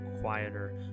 quieter